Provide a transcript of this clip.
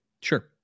Sure